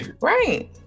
Right